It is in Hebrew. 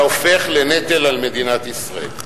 אתה הופך לנטל על מדינת ישראל.